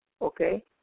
Okay